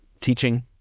teaching